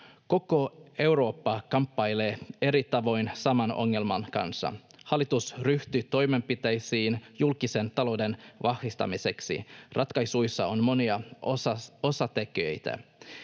Koko Eurooppa kamppailee eri tavoin saman ongelman kanssa. Hallitus ryhtyy toimenpiteisiin julkisen talouden vahvistamiseksi. Ratkaisuissa on monia osatekijöitä.